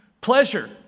pleasure